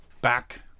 back